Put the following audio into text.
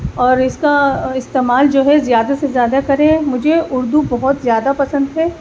اور اس کا استعمال جو ہے زیادہ سے زیادہ کریں مجھے اردو بہت زیادہ پسند ہے